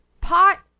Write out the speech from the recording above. Pot